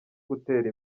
gutera